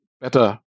better